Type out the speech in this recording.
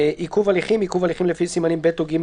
""עיכוב הליכים" עיכוב הליכים לפי סימנים ב' או ג',